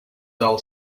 dull